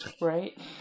Right